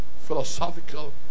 philosophical